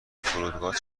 فرودگاه